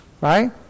right